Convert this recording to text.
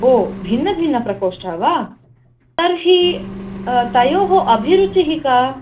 ओ भिन्न भिन्न प्रकोष्ठ वा तर्हि तयो अभिरूचिः का